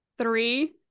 Three